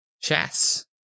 Chess